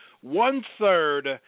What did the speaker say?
one-third